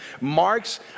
Mark's